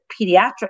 pediatric